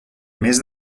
mes